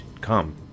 come